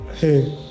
hey